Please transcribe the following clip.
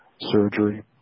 surgery